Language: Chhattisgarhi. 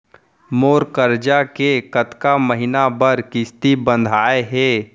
मोर करजा के कतका महीना बर किस्ती बंधाये हे?